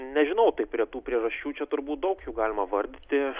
nežinau tai prie tų priežasčių čia turbūt daug jų galima vardyti